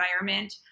environment